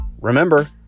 Remember